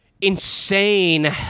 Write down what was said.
insane